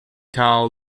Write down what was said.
tow